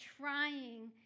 trying